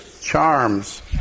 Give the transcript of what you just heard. charms